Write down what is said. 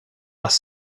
għas